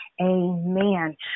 amen